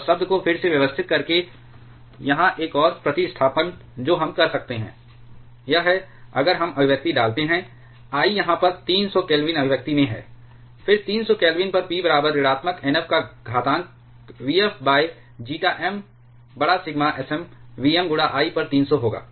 और शब्द को फिर से व्यवस्थित करके यहां एक और प्रतिस्थापन जो हम कर सकते हैं यह है अगर हम अभिव्यक्ति डालते हैं I यहाँ पर 300 केल्विन अभिव्यक्ति में है फिर 300 केल्विन पर P बराबर ऋणात्मक NF का घातांक Vf जीटा M बड़ा सिगमा Sm VM I पर 300 होगा